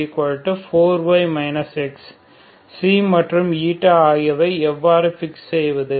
ξ மற்றும் η ஐ எவ்வாறு ஃபிக்ஸ் செய்வது